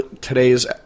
today's